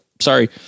sorry